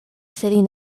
city